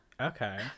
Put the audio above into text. okay